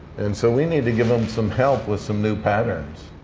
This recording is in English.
and so we need to give them some help with some new patterns.